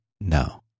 no